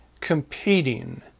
competing